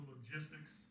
logistics